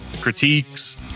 critiques